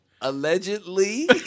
allegedly